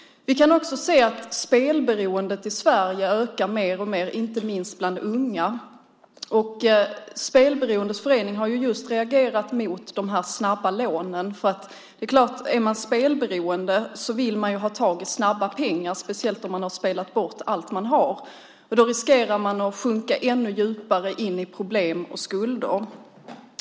Vi kan också se att spelberoendet i Sverige ökar mer och mer, inte minst bland unga. Spelberoendes förening har just reagerat mot de här snabba lånen. Är man spelberoende vill man ju ha tag i snabba pengar, speciellt om man har spelat bort allt man har. Då riskerar man att sjunka ännu djupare in i problem och skulder.